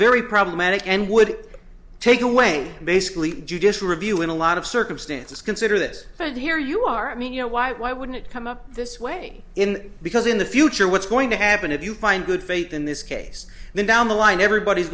very problematic and would take away basically judicial review in a lot of circumstances consider this and here you are i mean you know why why wouldn't it come up this way in because in the future what's going to happen if you find good faith in this case then down the line everybody's